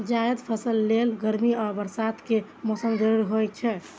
जायद फसल लेल गर्मी आ बरसात के मौसम जरूरी होइ छै